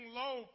low